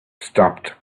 stopped